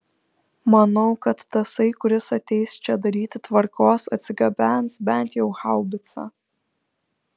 manau kad tasai kuris ateis čia daryti tvarkos atsigabens bent jau haubicą